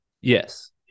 Yes